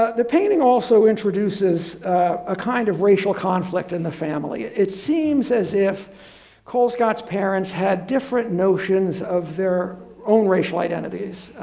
ah the painting also introduces a kind of racial conflict in the family. it seems as if colescott's parents had different notions of their own racial identities.